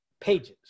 pages